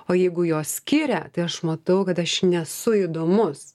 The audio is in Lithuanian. o jeigu jo skiria tai aš matau kad aš nesu įdomus